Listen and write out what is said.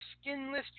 skinless